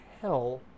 hell